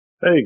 Hey